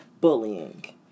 bullying